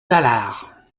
tallard